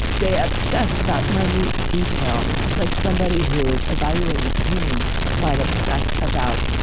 they obsess about my new detail. like somebody who's evaluating a painting might obsess about,